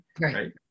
right